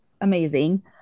amazing